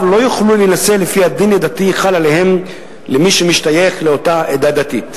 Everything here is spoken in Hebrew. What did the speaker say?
לא יוכלו להינשא לפי הדין הדתי החל עליהם למי שמשתייך לאותה עדה דתית,